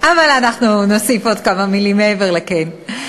אבל אנחנו נוסיף עוד כמה מילים מעבר ל"כן".